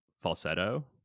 falsetto